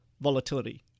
volatility